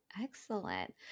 Excellent